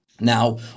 Now